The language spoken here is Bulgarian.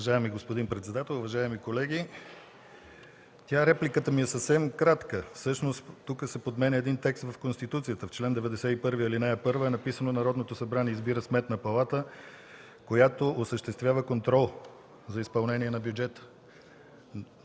Уважаеми господин председател, уважаеми колеги! Репликата ми е съвсем кратка. Всъщност тук се подменя текст от Конституцията. В чл. 91, ал. 1 е написано: „Народното събрание избира Сметна палата, която осъществява контрол за изпълнение на бюджета”.